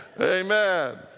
Amen